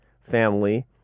family